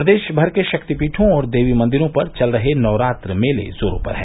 प्रदेश भर के शक्तिपीठों और देवी मंदिरों पर चल रहे नवरात्र मेले जोरों पर है